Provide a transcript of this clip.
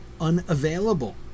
unavailable